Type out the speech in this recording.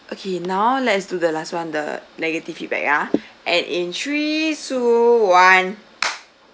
okay now let's do the last [one] the negative feedback uh and in three two one